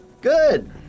Good